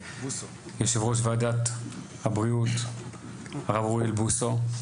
יושב ועדת הבריאות הרב אוריאל בוסו,